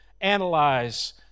analyze